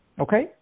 Okay